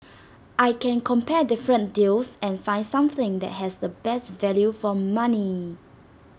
I can compare different deals and find something that has the best value for money